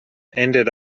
ended